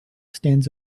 stands